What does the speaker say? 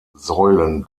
säulen